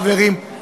חברים,